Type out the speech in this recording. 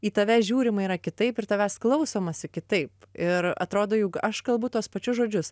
į tave žiūrima yra kitaip ir tavęs klausomasi kitaip ir atrodo jog aš kalbu tuos pačius žodžius